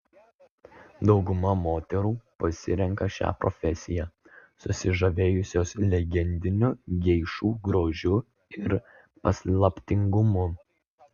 dauguma moterų pasirenka šią profesiją susižavėjusios legendiniu geišų grožiu ir paslaptingumu